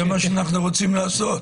זה מה שאנחנו רוצים לעשות.